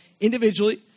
individually